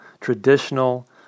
traditional